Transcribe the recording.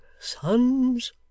son's